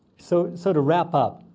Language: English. so so to wrap up,